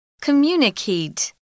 Communicate